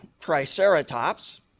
triceratops